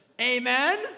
Amen